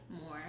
more